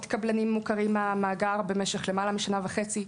קבלנים מוכרים מן המאגר במשך למעלה משנה וחצי,